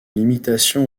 limitation